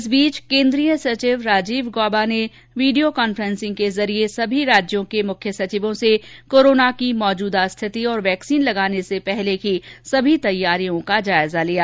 इस बीच केन्द्रीय सचिव राजीव गौबा ने वीडियो कॉन्फेसिंग के जरिये सभी राज्यों के मुख्य सचिवों से कोरोना की मौजूदा स्थिति और वैक्सीन लगाने से पूर्व की सभी तैयारियों का जायजा लिया